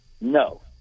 No